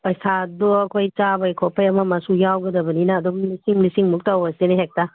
ꯄꯩꯁꯥꯗꯣ ꯑꯩꯈꯣꯏ ꯆꯥꯕꯩ ꯈꯣꯠꯄꯩ ꯑꯃ ꯑꯃꯁꯨ ꯌꯥꯎꯒꯗꯕꯅꯤꯅ ꯑꯗꯨꯝ ꯂꯤꯁꯤꯡ ꯂꯤꯁꯤꯡꯃꯨꯛ ꯇꯧꯔꯁꯤꯅꯦ ꯍꯦꯛꯇ